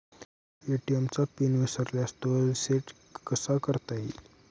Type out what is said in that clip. ATM चा PIN विसरल्यास तो रिसेट कसा करता येईल?